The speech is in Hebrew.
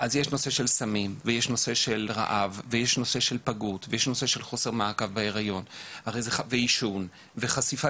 אבל יש נושא של סמים ושל רעב ופגות וחוסר מעקב בהיריון ועישון וחשיפה